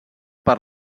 per